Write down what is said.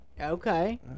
Okay